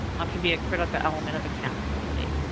ah can be a critical element of accountability.